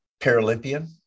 Paralympian